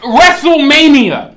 WrestleMania